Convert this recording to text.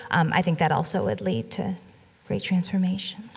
um i think that also would lead to great transformation